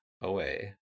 away